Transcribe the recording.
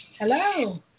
Hello